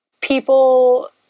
people